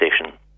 station